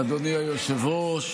אדוני היושב-ראש,